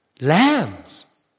Lambs